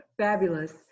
fabulous